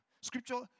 Scripture